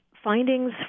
findings